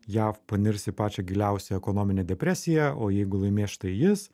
jav panirs į pačią giliausią ekonominę depresiją o jeigu laimės štai jis